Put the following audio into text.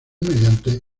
mediante